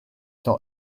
not